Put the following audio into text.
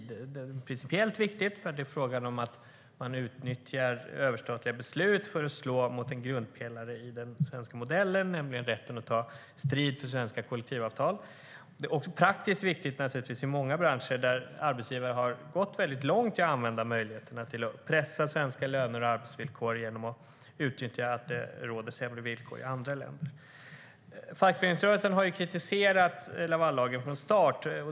Det är principiellt viktigt, för det handlar om att utnyttja överstatliga beslut för att slå mot en grundpelare i den svenska modellen, nämligen rätten att ta strid för svenska kollektivavtal. Det är givetvis också praktiskt viktigt i många branscher där arbetsgivare har gått långt i att använda dessa möjligheter för att pressa svenska löner och arbetsvillkor genom att utnyttja att det råder sämre villkor i andra länder. Fackföreningsrörelsen har kritiserat Lavallagen från start.